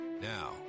Now